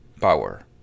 power